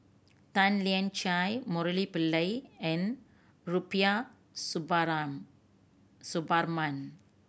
Tan Lian Chye Murali Pillai and Rubiah Suparman